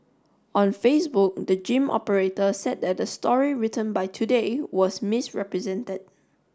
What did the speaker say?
on Facebook the gym operator said that the story written by today was misrepresented